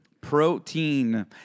Protein